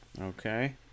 Okay